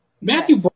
Matthew